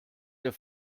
der